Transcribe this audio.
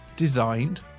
designed